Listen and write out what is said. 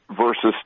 versus